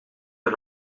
een